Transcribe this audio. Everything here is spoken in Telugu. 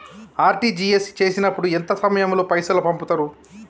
ఆర్.టి.జి.ఎస్ చేసినప్పుడు ఎంత సమయం లో పైసలు పంపుతరు?